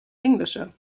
englische